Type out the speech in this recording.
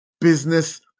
business